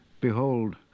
Behold